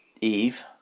Eve